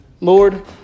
Lord